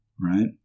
Right